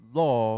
law